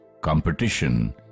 competition